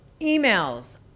emails